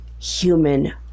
human